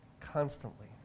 constantly